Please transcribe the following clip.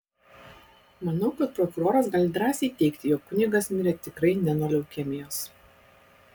manau kad prokuroras gali drąsiai teigti jog kunigas mirė tikrai ne nuo leukemijos